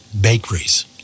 bakeries